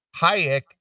Hayek